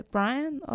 Brian